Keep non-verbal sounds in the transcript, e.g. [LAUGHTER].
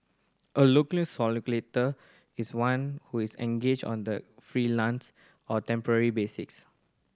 a locum [UNINTELLIGIBLE] is one who is engaged on the freelance or temporary basics